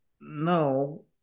No